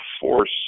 force